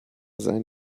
seinen